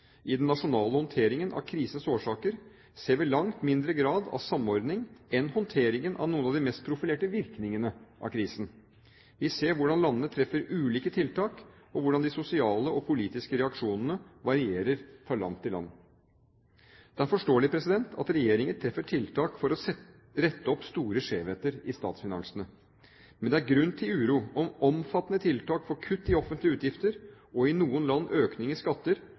I den nasjonale håndteringen av krisens årsaker ser vi langt mindre grad av samordning enn i håndteringen av noen av de mest profilerte virkningene av krisen. Vi ser hvordan landene treffer ulike tiltak, og hvordan de sosiale og politiske reaksjonene varierer fra land til land. Det er forståelig at regjeringer treffer tiltak for å rette opp store skjevheter i statsfinansene. Men det er grunn til uro om omfattende tiltak for kutt i offentlige utgifter og i noen land økning i skatter